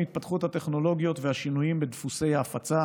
התפתחות הטכנולוגיות והשינויים בדפוסי ההפצה,